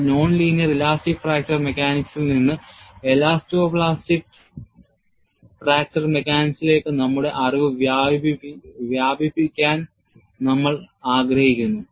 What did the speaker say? എന്നാൽ non linear elastic fracture മെക്കാനിക്സിൽ നിന്ന് എലാസ്റ്റോ പ്ലാസ്റ്റിക് ഫ്രാക്ചർ മെക്കാനിക്സിലേക്ക് നമ്മുടെ അറിവ് വ്യാപിപ്പിക്കാൻ നമ്മൾ ആഗ്രഹിക്കുന്നു